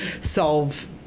solve